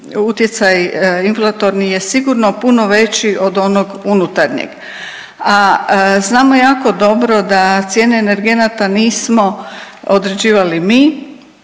utjecaj inflatorni je sigurno puno veći od onoga unutarnjeg, a znamo jako dobro da cijene energenata nismo određivali mi,